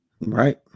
Right